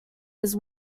his